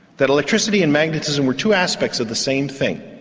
that electricity and magnetism were two aspects of the same thing.